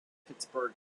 pittsburgh